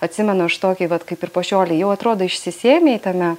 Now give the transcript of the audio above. atsimenu aš tokį vat kaip ir po šiolei jau atrodo išsisėmei tame